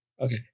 Okay